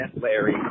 Larry